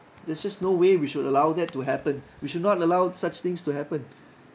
there's just no way we should allow that to happen we should not allow such things to happen